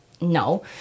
no